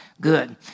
good